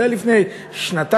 זה היה לפני שנתיים-שלוש,